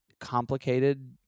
complicated